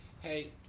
hey